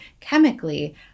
chemically